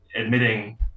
admitting